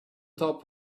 top